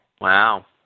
Wow